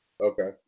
Okay